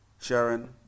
sharon